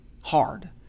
hard